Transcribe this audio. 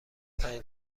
پنج